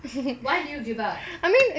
why did you give up